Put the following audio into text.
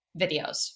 videos